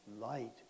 light